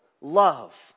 love